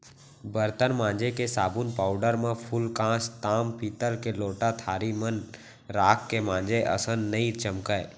बरतन मांजे के साबुन पाउडर म फूलकांस, ताम पीतल के लोटा थारी मन राख के मांजे असन नइ चमकय